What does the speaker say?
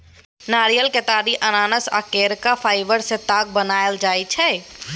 नारियर, केतारी, अनानास आ केराक फाइबर सँ ताग बनाएल जाइ छै